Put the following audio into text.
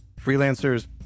freelancers